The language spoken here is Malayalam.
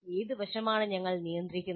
ഏത് വശമാണ് ഞങ്ങൾ നിയന്ത്രിക്കുന്നത്